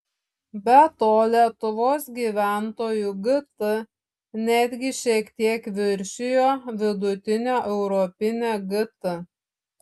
be to lietuvos gyventojų gt netgi šiek tiek viršijo vidutinę europinę gt